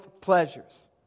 pleasures